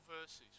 verses